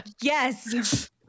Yes